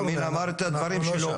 אמין אמר את הדברים שלו,